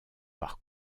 par